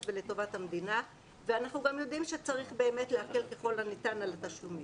ולטובת המדינה ואנחנו גם יודעים שצריך להקל ככל הניתן על התשלומים.